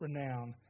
renown